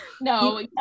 no